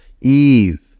Eve